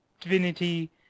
Divinity